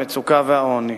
המצוקה והעוני.